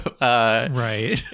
right